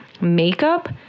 makeup